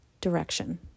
direction